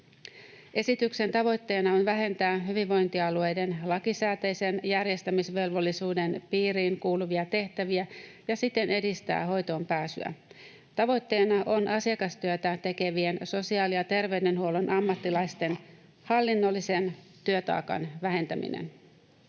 Esityksen tavoitteena on vähentää hyvinvointialueiden lakisääteisen järjestämisvelvollisuuden piiriin kuuluvia tehtäviä ja siten edistää hoitoon pääsyä. Tavoitteena on asiakastyötä tekevien sosiaali- ja terveydenhuollon ammattilaisten hallinnollisen työtaakan vähentäminen.